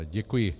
Děkuji.